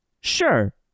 Sure